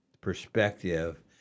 perspective